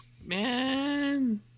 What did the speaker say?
Man